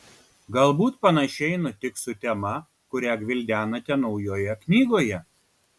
galbūt panašiai nutiks su tema kurią gvildenate naujoje knygoje